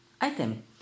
item